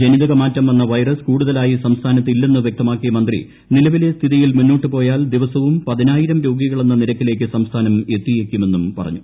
ജനിതകമാറ്റം വന്ന വൈറസ് കൂടുതല്ലിയി ് സംസ്ഥാനത്ത് ഇല്ലെന്ന് വൃക്തമാക്കിയ മന്ത്രി നിലവിലെ ്സ്ഥിതിയിൽ മുന്നോട്ട് പോയാൽ ദിവസവും പതിനായിരം രോഗികളെന്ന നിരക്കിലേക്ക് സംസ്ഥാനം എത്തിയേക്കുമെന്നും പറഞ്ഞു